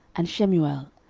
and shemuel,